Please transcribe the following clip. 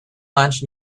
lunch